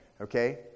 Okay